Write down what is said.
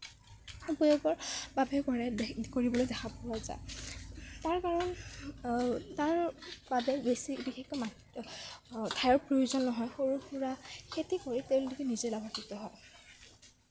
বাবেও কৰে কৰিবলৈ দেখা পোৱা যায় তাৰ বাবে তাৰ বাবে বেছি বিশেষকৈ মাটি ঠাইৰ প্ৰয়োজন নহয় সৰু সুৰা খেতি কৰি তেওঁলোকে নিজে লাভাৱিত হয়